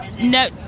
no